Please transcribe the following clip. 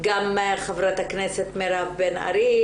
גם ח"כ מירב בן ארי,